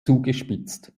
zugespitzt